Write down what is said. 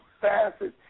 fastest